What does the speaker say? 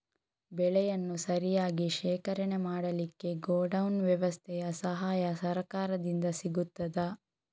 ಬೆಳೆಯನ್ನು ಸರಿಯಾಗಿ ಶೇಖರಣೆ ಮಾಡಲಿಕ್ಕೆ ಗೋಡೌನ್ ವ್ಯವಸ್ಥೆಯ ಸಹಾಯ ಸರಕಾರದಿಂದ ಸಿಗುತ್ತದಾ?